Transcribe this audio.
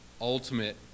ultimate